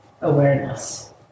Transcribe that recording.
awareness